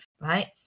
right